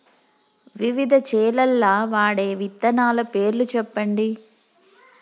వివిధ చేలల్ల వాడే విత్తనాల పేర్లు చెప్పండి?